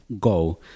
Go